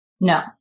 No